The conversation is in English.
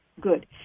Good